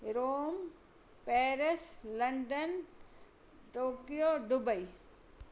Rome Paris London Tokyo Dubai